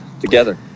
together